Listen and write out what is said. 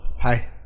Hi